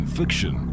fiction